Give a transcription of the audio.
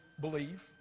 believe